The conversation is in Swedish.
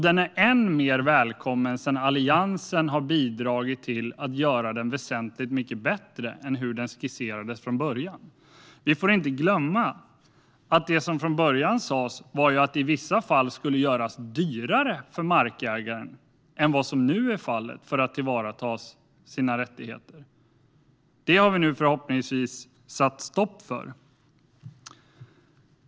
Den är än mer välkommen sedan Alliansen har bidragit till att göra den väsentligt bättre än hur den skisserades från början. Vi får inte glömma att det som sas från början var att det i vissa fall skulle göras dyrare för markägaren att tillvarata sina rättigheter än vad som nu är fallet. Detta har vi nu förhoppningsvis satt stopp för.